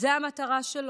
זו המטרה שלו?